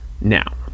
Now